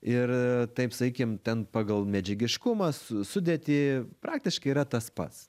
ir taip sakykim ten pagal medžiagiškumą su sudėtį praktiškai yra tas pats